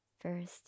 First